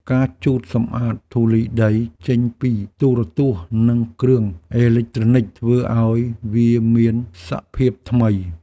ការជូតសម្អាតធូលីដីចេញពីទូរទស្សន៍ និងគ្រឿងអេឡិចត្រូនិច ធ្វើឱ្យវាមានសភាពថ្មី។